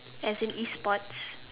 as in E sports